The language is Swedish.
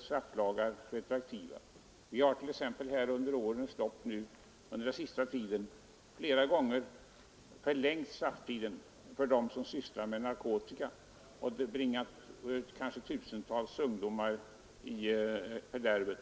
strafflagar retroaktiva. Vi har t.ex. på senare tid flera gånger förlängt strafftiderna för dem som sysslar med narkotika och som har bringat kanske tusentals ungdomar i fördärvet.